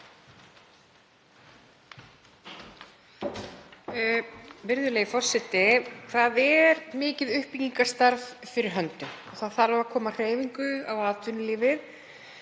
Virðulegi forseti. Það er mikið uppbyggingarstarf fyrir höndum og þarf að koma hreyfingu á atvinnulífið